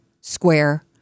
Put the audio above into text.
Square